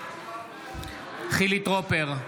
חילי טרופר,